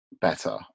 better